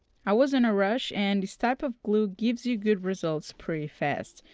i was on a rush and this type of glue gives you good results pretty fast.